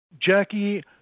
Jackie